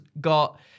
got